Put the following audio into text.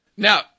Now